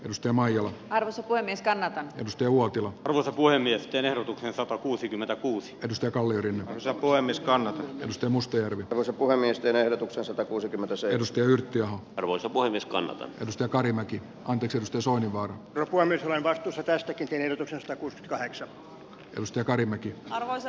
edustaja maijala sukuelimistä nosti uotila prosa puhemiesten ehdotukseen satakuusikymmentäkuusi ja kalle yhden osapuolen niskanen risto mustajärvi ja osa puhemiesten ehdotuksen satakuusikymmentä sääennuste yritti arvoisa puhemies kannalta hyvistä karimäki on kysymys työsuhde voi jatkua milloin vain kuusitoista kierrosta kun välissä edustaa karimäki arvoisa